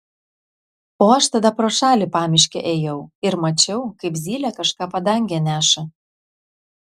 o aš tada pro šalį pamiške ėjau ir mačiau kaip zylė kažką padange neša